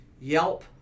Yelp